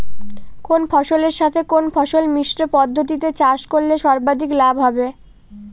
কোন ফসলের সাথে কোন ফসল মিশ্র পদ্ধতিতে চাষ করলে সর্বাধিক লাভ হবে?